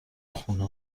خونه